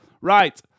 Right